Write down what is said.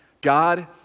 God